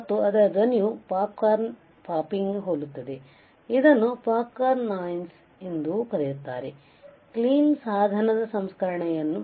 ಮತ್ತು ಅದರ ಧ್ವನಿಯು ಪಾಪ್ಕಾರ್ನ್ ಪಾಪಿಂಗ್ಗೆ ಹೋಲುತ್ತದೆ ಇದನ್ನು ಪಾಪ್ಕಾರ್ನ್ ನಾಯ್ಸ್ ಎಂದೂ ಕರೆಯುತ್ತಾರೆ ಕ್ಲೀನ್ ಸಾಧನ ಸಂಸ್ಕರಣೆಯನ್ನುclean device processing